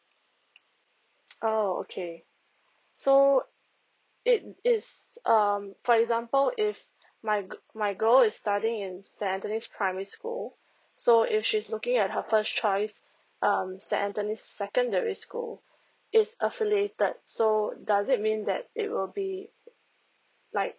oh okay so it it's um for example if my girl my girl is studying in saint anthony's primary school oh so if she's looking at her first choice um saint anthony's secondary school it's affiliated so does it mean that it will be like